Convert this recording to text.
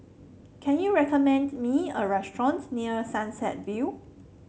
can you recommend me a restaurant near Sunset View